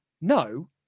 no